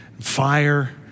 fire